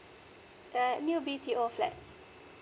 uh new B T O flat